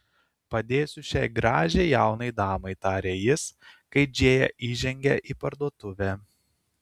padėsiu šiai gražiai jaunai damai tarė jis kai džėja įžengė į parduotuvę